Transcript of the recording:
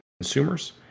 consumers